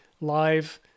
live